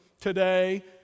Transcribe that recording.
today